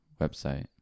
website